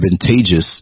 advantageous